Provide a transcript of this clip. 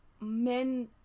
men